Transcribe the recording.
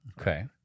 Okay